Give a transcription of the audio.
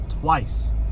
twice